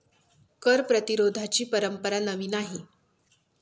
कर प्रतिरोधाची परंपरा नवी नाही